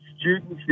students